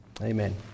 Amen